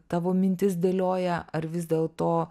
tavo mintis dėlioja ar vis dėlto